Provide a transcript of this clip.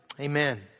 Amen